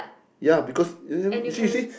ya because you never you see you see